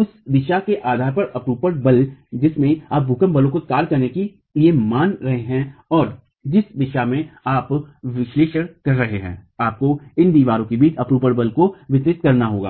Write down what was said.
उस दिशा के आधार पर अपरूपण बल जिसमें आप भूकंप बल को कार्य करने के लिए मान रहे हैं और जिस दिशा में आप विश्लेषण कर रहे हैं आपको इन दीवारों के बीच अपरूपण बल को वितरित करना होगा